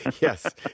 Yes